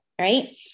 right